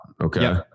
Okay